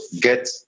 get